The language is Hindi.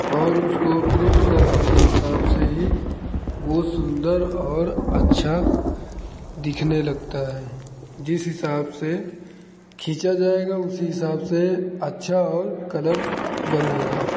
और उसको प्रिंट करने के हिसाब से ही वो सुंदर और अच्छा दिखने लगता है जिस हिसाब से खींचा जाएगा उसी हिसाब से अच्छा और कलर बनेगा